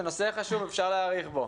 זה נושא חשוב, אפשר להאריך בו.